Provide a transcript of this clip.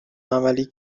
عملی